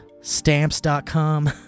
stamps.com